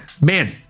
man